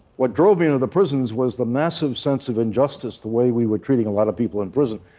what drove me into the prisons was the massive sense of injustice, the way we were treating a lot of people in prison.